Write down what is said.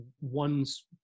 ones